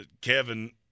Kevin